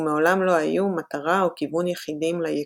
ומעולם לא היו מטרה או כיוון יחידים ליקום.